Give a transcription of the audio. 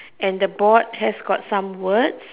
and the board has got some words